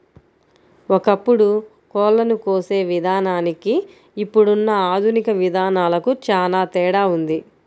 ఒకప్పుడు కోళ్ళను కోసే విధానానికి ఇప్పుడున్న ఆధునిక విధానాలకు చానా తేడా ఉంది